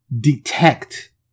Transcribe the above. detect